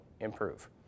improve